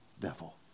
devil